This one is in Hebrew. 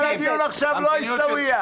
אבל הדיון עכשיו לא עיסאוויה.